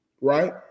Right